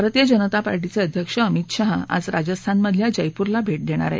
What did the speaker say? भारतीय जनता पार्टीचे अध्यक्ष अमित शाह आज राजस्थानमधल्या जयपूरला भेट देणार आहेत